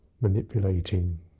manipulating